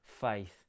faith